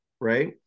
right